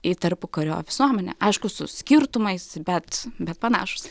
į tarpukario visuomenę aišku su skirtumais bet bet panašūs